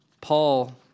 Paul